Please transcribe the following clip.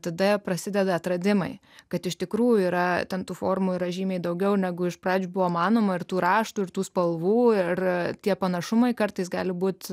tada prasideda atradimai kad iš tikrųjų yra ten tų formų yra žymiai daugiau negu iš pradžių buvo manoma ir tų raštų ir tų spalvų ir tie panašumai kartais gali būti